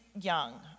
young